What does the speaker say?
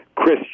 Chris